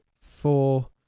four